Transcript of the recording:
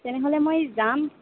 তেনেহ'লে মই যাম